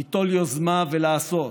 ליטול יוזמה ולעשות,